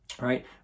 right